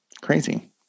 crazy